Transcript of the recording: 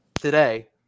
today